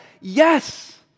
yes